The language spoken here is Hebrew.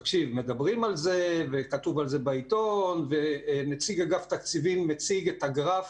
מדברים על זה וכתוב על זה בעיתון ונציג אגף תקציבים מציג את הגרף